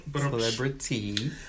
Celebrity